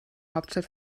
hauptstadt